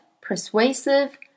persuasive